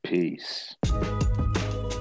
Peace